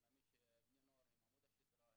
אני מאמין שבני הנוער הם עמוד השדרה,